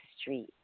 street